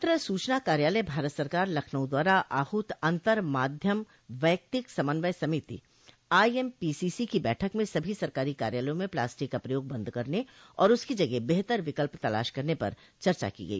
पत्र सूचना कार्यालय भारत सरकार लखनऊ द्वारा आहूत अतंर माध्यम वैक्तिक समन्वय समिति आईएमपीसीसी की बैठक में सभी सरकारी कार्यालयों में प्लास्टिक का प्रयोग बंद करने और उसकी जगह बेहतर विकल्प तलाश करने पर चर्चा की गई